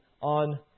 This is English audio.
on